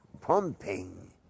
pumping